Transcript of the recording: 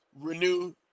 Renew